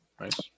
Nice